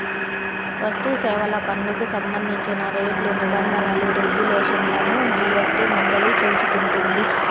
వస్తుసేవల పన్నుకు సంబంధించిన రేట్లు, నిబంధనలు, రెగ్యులేషన్లను జీఎస్టీ మండలి చూసుకుంటుంది